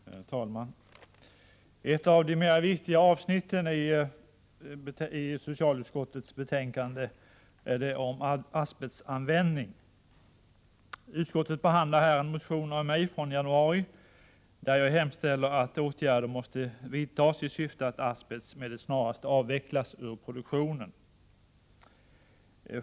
Herr talman! Ett av de mera viktiga avsnitten i socialutskottets betänkande är det om asbestanvändning. Utskottet behandlar här en motion av mig från januari där jag hemställer att åtgärder måste vidtas i syfte att asbest med det snaraste avvecklas ur produktionen.